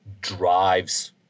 drives